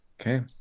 Okay